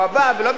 ולא מתפזרת,